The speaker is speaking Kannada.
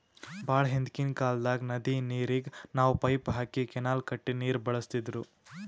ಭಾಳ್ ಹಿಂದ್ಕಿನ್ ಕಾಲ್ದಾಗ್ ನದಿ ನೀರಿಗ್ ನಾವ್ ಪೈಪ್ ಹಾಕಿ ಕೆನಾಲ್ ಕಟ್ಟಿ ನೀರ್ ಬಳಸ್ತಿದ್ರು